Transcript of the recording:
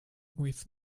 with